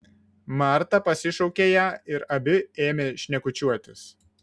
marta pasišaukė ją ir abi ėmė šnekučiuotis